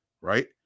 right